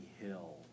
hill